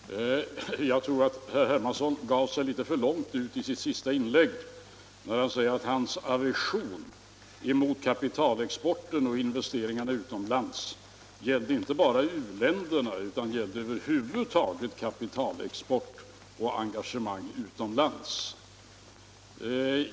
Herr talman! Jag tror att herr Hermansson gav sig litet för långt ut i sitt senaste inlägg, när han sade att hans aversion mot kapitalexporten och investeringarna utomlands gällde inte bara u-länderna utan över huvud taget kapitalexport och engagemang utomlands.